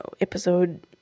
episode